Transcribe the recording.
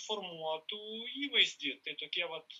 formuotų įvaizdį tai tokie vat